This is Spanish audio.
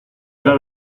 era